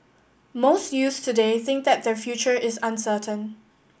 most youths today think that their future is uncertain